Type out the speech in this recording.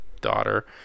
daughter